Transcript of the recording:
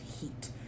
heat